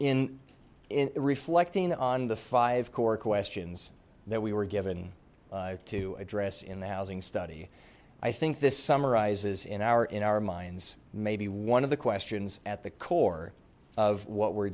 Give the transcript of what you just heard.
in reflecting on the five core questions that we were given to address in the housing study i think this summarizes in our in our minds maybe one of the questions at the core of what we're